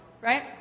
right